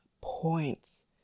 points